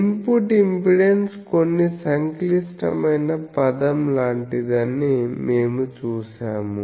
input impedance కొన్ని సంక్లిష్టమైన పదం లాంటిదని మేము చూశాము